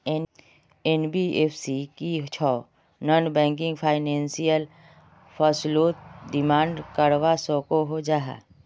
NBFC की छौ non banking financial फसलोत डिमांड करवा सकोहो जाहा?